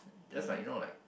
just like you know like